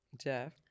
Jeff